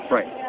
Right